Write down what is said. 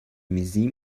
museum